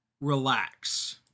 relax